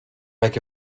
make